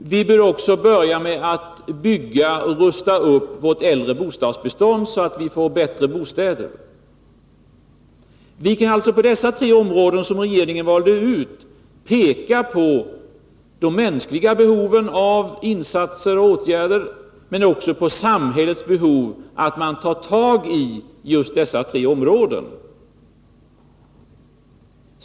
Vi bör också börja bygga och rusta upp vårt äldre bostadsbestånd, så att vi får bättre bostäder. På dessa tre områden som regeringen valt ut kan vi alltså peka på de mänskliga behoven men också på samhällets behov av att någonting görs på just dessa tre områden.